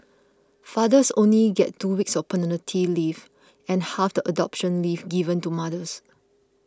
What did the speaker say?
fathers only get two weeks of paternity leave and half the adoption leave given to mothers